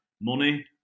money